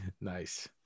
nice